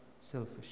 Selfish